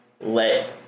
let